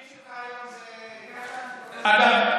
התפקיד שלך היום זה, אגב,